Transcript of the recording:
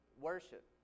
worship